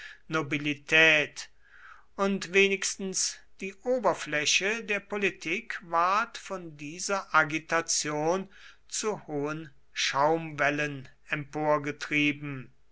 nobilität und wenigstens die oberfläche der politik ward von dieser agitation zu hohen schaumwellen